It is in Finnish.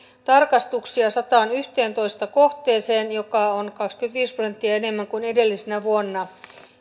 tarkastuksia sadanteenyhdenteentoista kohteeseen mikä on kaksikymmentäviisi prosenttia enemmän kuin edellisenä vuonna